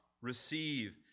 receive